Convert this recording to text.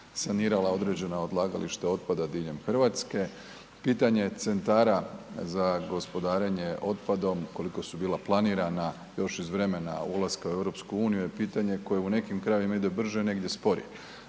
sanirala određena odlagališta otpada diljem RH. Pitanje Centara za gospodarenje otpadom koliko su bila planirana još iz vremena ulaska u EU je pitanje koje u nekim krajevima ide brže, negdje sporije.